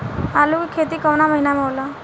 आलू के खेती कवना महीना में होला?